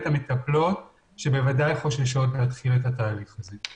המטפלות שבוודאי חוששות להתחיל את התהליך הזה.